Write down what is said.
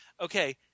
Okay